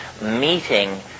meeting